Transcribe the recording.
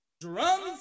Drums